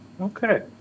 okay